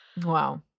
wow